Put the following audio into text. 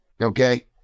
okay